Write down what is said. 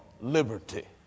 liberty